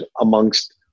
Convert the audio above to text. amongst